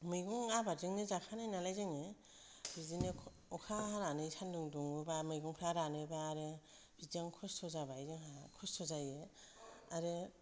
मैगं आबादजोंनो जाखानाय नालाय जोङो बिदिनो अखा हानानै सान्दुं दुङोबा मैगंफ्रा रानोबा आरो बिदियावनो खस्थ' जाबाय जोंहा खस्थ' जायो आरो